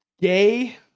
gay